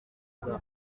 kuri